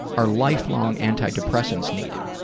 are lifelong antidepressants needed?